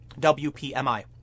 WPMI